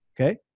Okay